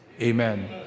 amen